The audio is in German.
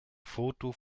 foto